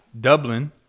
Dublin